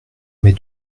mais